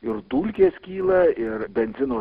ir dulkės kyla ir benzino